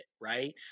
right